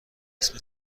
اسم